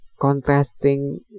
contrasting